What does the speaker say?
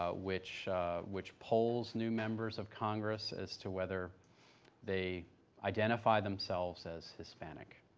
ah which which polls new members of congress as to whether they identify themselves as hispanic.